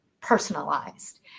personalized